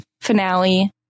finale